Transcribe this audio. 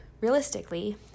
realistically